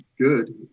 good